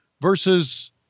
versus